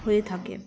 হয়ে থাকে